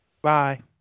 Bye